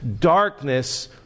darkness